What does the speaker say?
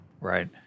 Right